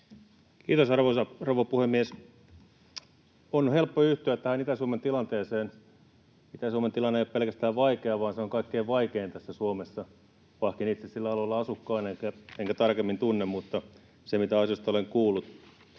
Kiitos, arvoisa rouva puhemies! On helppo yhtyä tähän Itä-Suomen tilanteeseen. Itä-Suomen tilanne ei ole pelkästään vaikea, vaan se on kaikkein vaikein täällä Suomessa, vaikka en itse sillä alueella asukaan enkä sitä tarkemmin tunne, mutta sillä perusteella, mitä asiasta olen kuullut.